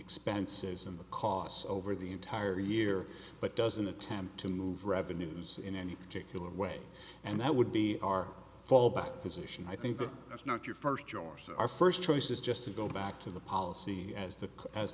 expenses and the costs over the entire year but doesn't attempt to move revenues in any particular way and that would be our fallback position i think that's not your first yours our first choice is just to go back to the policy as the as